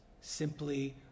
simply